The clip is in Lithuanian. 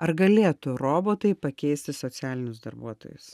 ar galėtų robotai pakeisti socialinius darbuotojus